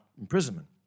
imprisonment